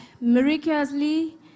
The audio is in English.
miraculously